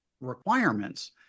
requirements